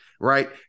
Right